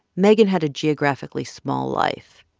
megan had a geographically small life.